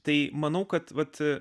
tai manau kad vat